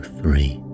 three